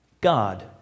God